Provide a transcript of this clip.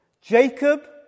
Jacob